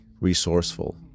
resourceful